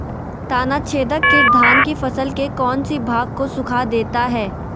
तनाछदेक किट धान की फसल के कौन सी भाग को सुखा देता है?